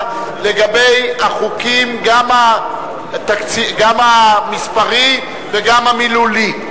לגבי החוקים, גם המספרי וגם המילולי.